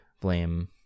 blame